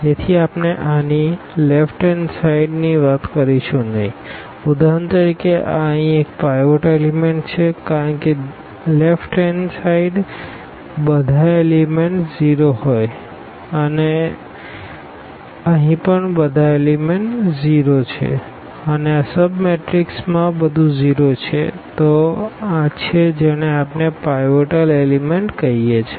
તેથી આપણે આની ડાબી બાજુએ વાત કરીશું નહીં ઉદાહરણ તરીકે આ અહીં એક પાઈવોટ એલીમેન્ટ છે કારણ કે ડાબી બાજુએ બધા એલીમેન્ટ્સ 0 હોય છે અને અહીં પણ બધા એલીમેન્ટ્સ 0 હોય છે અને આ સબ મેટ્રિક્સમાં બધું 0 છે તો આ છે જેને આપણે પાઈવોટલ એલીમેન્ટ્સ કહીએ છીએ